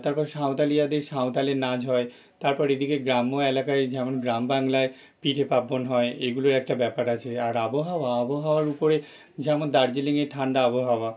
তারপর সাঁওতালিয়াদের সাঁওতালি নাচ হয় তারপর এদিকে গ্রাম্য এলাকায় যেমন গ্রাম বাংলায় পিঠে পার্বণ হয় এগুলোর একটা ব্যাপার আছে আর আবহাওয়া আবহাওয়ার উপরে যেমন দার্জিলিংয়ের ঠাণ্ডা আবহাওয়া